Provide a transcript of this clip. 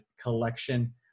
collection